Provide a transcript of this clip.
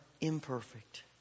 imperfect